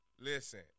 listen